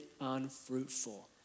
unfruitful